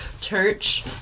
Church